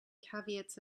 caveats